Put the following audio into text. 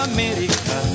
America